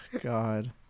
god